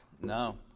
No